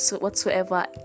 whatsoever